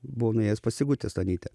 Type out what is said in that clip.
buvau nuėjęs pas sigutę stonytę